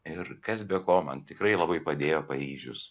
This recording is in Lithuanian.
ir kas be ko man tikrai labai padėjo paryžius